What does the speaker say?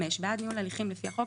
5. בעד ניהול הליכים לפי החוק,